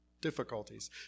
difficulties